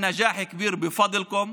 נחלנו הצלחה גדולה בזכותכם,